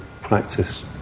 practice